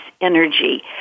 energy